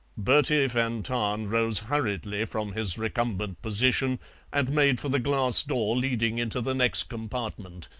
bertie van tahn rose hurriedly from his recumbent position and made for the glass door leading into the next compartment.